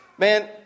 Man